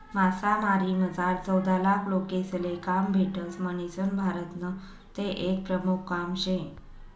मासामारीमझार चौदालाख लोकेसले काम भेटस म्हणीसन भारतनं ते एक प्रमुख काम शे